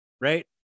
right